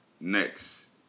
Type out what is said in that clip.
Next